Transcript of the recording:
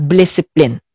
discipline